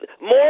more